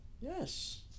Yes